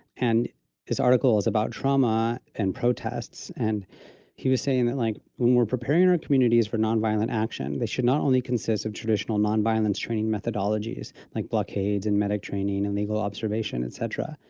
and this article is about trauma and protests. and he was saying that, like, when we're preparing our communities for nonviolent action, they should not only consists of traditional non violence training methodologies, like blockades and medic training and legal observation, etc.